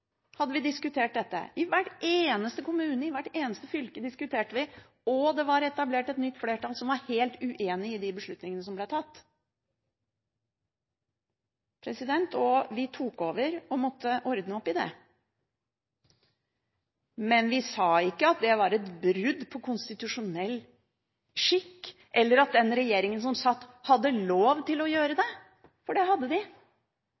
hadde vi diskutert dette. I hver eneste kommune og hvert eneste fylke diskuterte vi, og det var etablert et nytt flertall som var helt uenig i de beslutningene som ble tatt. Vi tok over og måtte ordne opp i det. Men vi sa ikke at det var et brudd på konstitusjonell skikk, eller at den regjeringen som satt, ikke hadde lov til å gjøre det – for det hadde de.